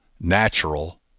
natural